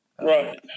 Right